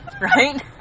Right